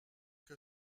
que